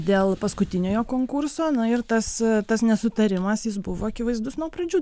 dėl paskutiniojo konkurso ir tas tas nesutarimas jis buvo akivaizdus nuo pradžių